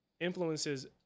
influences